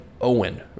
Owen